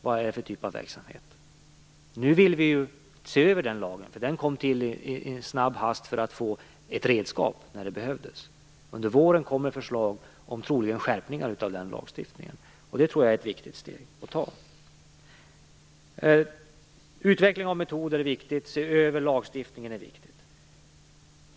Vad är det för typ av verksamhet? Nu vill vi se över den lagen. Den kom till i all hast för att man skulle få ett redskap när det behövdes. Under våren kommer troligen förslag om skärpningar av den lagstiftningen, och det tror jag är ett viktigt steg att ta. Utveckling av metoder är viktigt liksom att se över lagstiftningen.